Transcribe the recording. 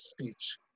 speech